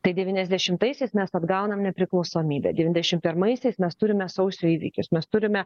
tai devyniasdešimtaisiais mes atgaunam nepriklausomybę devyniasdešim pirmaisiais mes turime sausio įvykius mes turime